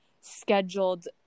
scheduled